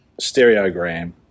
Stereogram